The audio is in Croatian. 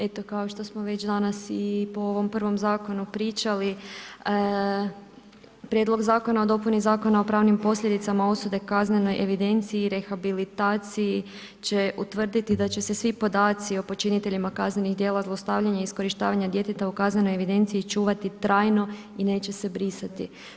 Eto kako što već danas i po ovom prvom zakonu pričali, Prijedlog zakona o dopuni Zakona o pravnim posljedicama osude u kaznenoj evidenciji i rehabilitaciji će utvrditi da će se svi podaci o počiniteljima kaznenih djela zlostavljanja i iskorištavanja djeteta u kaznenoj evidenciji čuvati trajno i neće se brisati.